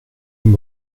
vous